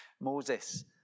Moses